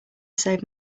save